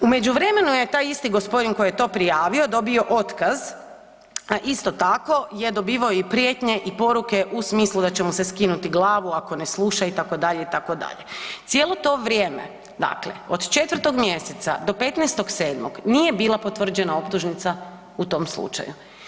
U međuvremenu je taj isti gospodin koji je to prijavio dobio otkaz, a isto tako je dobivao i prijetnje i poruke u smislu da će mu se skinuti glavu ako ne sluša itd., itd., cijelo to vrijeme od 4. mjeseca do 15.7. nije bila potvrđena optužnica u tom slučaju.